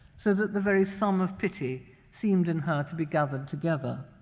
so that the very sum of pity seemed in her to be gathered together.